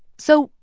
so,